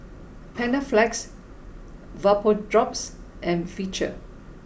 Panaflex VapoDrops and Vichy